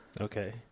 Okay